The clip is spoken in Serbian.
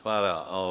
Hvala.